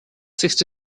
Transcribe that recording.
sixty